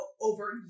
over